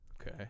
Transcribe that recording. Okay